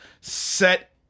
set